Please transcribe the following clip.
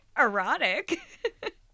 erotic